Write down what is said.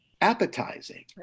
appetizing